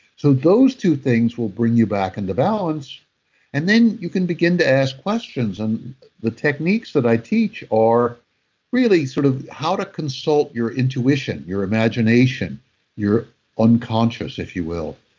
so, those two things will bring you back into balance and then you can begin to ask questions. and the techniques that i teach are really sort of how to consult your intuition, your imagination your unconscious if you will?